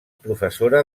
professora